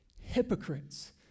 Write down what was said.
hypocrites